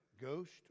ghost